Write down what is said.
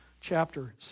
chapter